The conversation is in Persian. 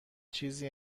چیزی